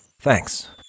Thanks